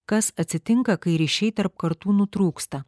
kas atsitinka kai ryšiai tarp kartų nutrūksta